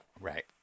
Right